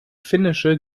finnische